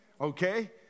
Okay